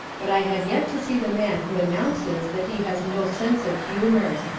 but i have yet to see the man who announces that he has no sense of humour.